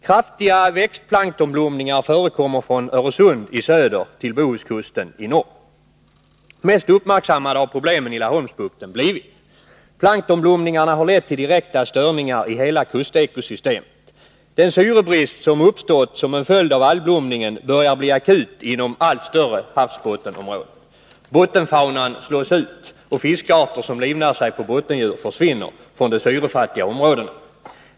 Kraftiga växtplanktonblomningar förekommer från Öresund i söder till Bohuskusten i norr. Mest uppmärksammade har problemen i Laholmsbukten blivit. Planktonblomningarna har lett till direkta störningar i hela kustekosystemet. Den syrebrist som uppstått som en följd av algblomningen börjar bli akut inom allt större havsbottenområden. Bottenfaunan slås ut, och fiskarter som livnär sig på bottendjur försvinner från de syrefattiga områdena.